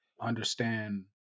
understand